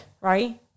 Right